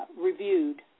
reviewed